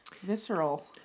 visceral